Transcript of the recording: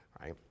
right